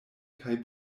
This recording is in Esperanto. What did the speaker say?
kaj